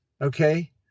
Okay